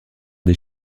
des